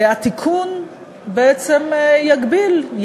והתיקון בעצם יגביל,